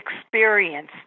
experience